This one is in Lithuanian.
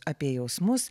apie jausmus